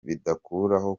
bidakuraho